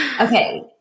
Okay